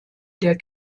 der